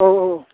औ औ